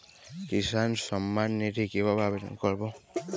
কিষান সম্মাননিধি কিভাবে আবেদন করব?